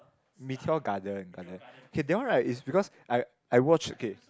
Meteor Garden garden K that one right is because I I watch okay